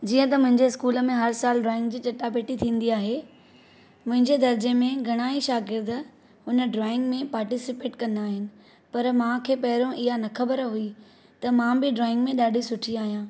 जीअं त मुंहिंजे स्कूल में हर साल ड्राइंग जी चटा भेटी थींदी आहे मुंहिंजे दर्जे में घणा ई शार्गिद उन ड्राइंग में पार्टिसिपेट कंदा आहिनि पर मां खे पहिरियों इहा न ख़बर हुई त मां बि ड्राइंग में ॾाढी सुठी आहियां